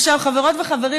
חברות וחברים,